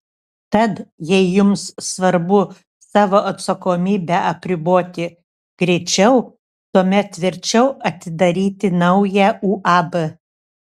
tad jei jums svarbu savo atsakomybę apriboti greičiau tuomet verčiau atidaryti naują uab